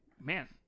Man